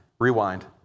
rewind